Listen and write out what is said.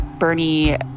Bernie